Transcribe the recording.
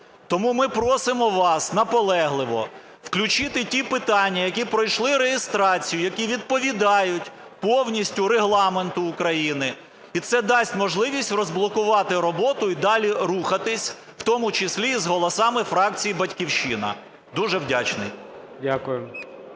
Тому ми просимо вас наполегливо включити ті питання, які пройшли реєстрацію, які відповідають повністю Регламенту України, і це дасть можливість розблокувати роботу і далі рухатись в тому числі з голосами фракції "Батьківщина". Дуже вдячний.